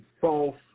false